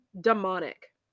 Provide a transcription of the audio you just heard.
demonic